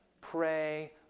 Pray